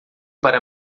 para